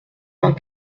vingt